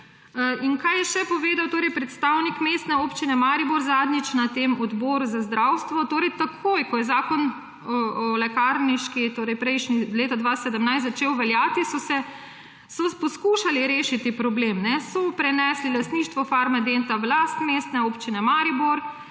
Kaj je še povedal predstavnik Mestne občine Maribor na Odboru za zdravstvo? Takoj ko je lekarniški zakon leta 2017 začel veljati, so poskušali rešiti problem. Prenesli so lastništvo Farmadenta v last Mestne občine Maribor,